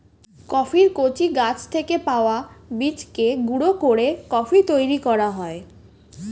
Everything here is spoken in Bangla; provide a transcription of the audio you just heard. কফির কচি গাছ থেকে পাওয়া বীজকে গুঁড়ো করে কফি তৈরি করা হয়